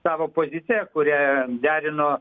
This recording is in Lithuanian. savo poziciją kurią derino